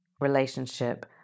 relationship